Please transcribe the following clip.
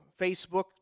Facebook